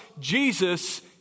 Jesus